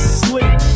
sleep